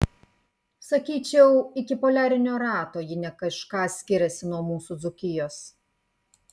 sakyčiau iki poliarinio rato ji ne kažką skiriasi nuo mūsų dzūkijos